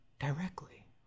Directly